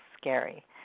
scary